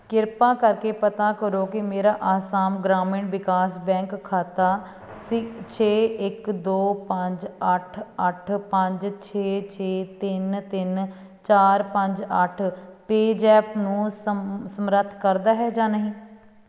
ਕਿਰਪਾ ਕਰਕੇ ਪਤਾ ਕਰੋ ਕਿ ਮੇਰਾ ਆਸਾਮ ਗ੍ਰਾਮੀਣ ਵਿਕਾਸ ਬੈਂਕ ਖਾਤਾ ਸੀਕ ਛੇ ਇੱਕ ਦੋ ਪੰਜ ਅੱਠ ਅੱਠ ਪੰਜ ਛੇ ਛੇ ਤਿੰਨ ਤਿੰਨ ਚਾਰ ਪੰਜ ਅੱਠ ਪੇਜੈਪ ਨੂੰ ਸਮ ਸਮਰੱਥ ਕਰਦਾ ਹੈ ਜਾਂ ਨਹੀਂ